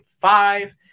five